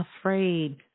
afraid